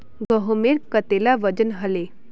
गहोमेर कतेला वजन हले